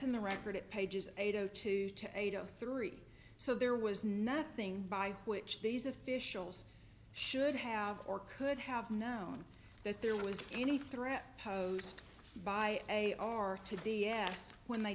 in the record at pages eight zero two eight zero three so there was nothing by which these officials should have or could have known that there was any threat posed by a r to d s when they